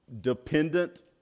dependent